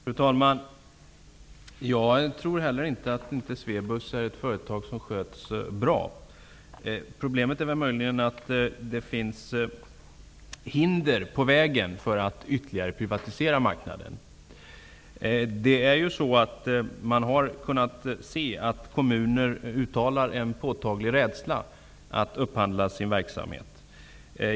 Fru talman! Jag tror inte heller att Swebus är ett företag som inte sköts bra. Problemet är möjligen att det finns hinder på vägen för att ytterligare privatisera marknaden. Kommuner har ju uttalat en påtaglig rädsla för att upphandla sin verksamhet.